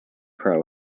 pro